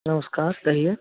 नमस्कार कहिए